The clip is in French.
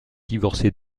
divorcée